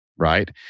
Right